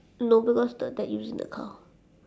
no because the dad using the car